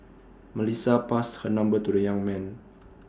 Melissa passed her number to the young man